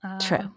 True